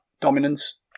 dominance